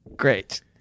Great